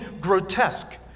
grotesque